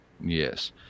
Yes